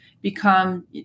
become